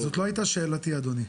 זו לא הייתה שאלתי אדוני.